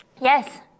Yes